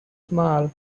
small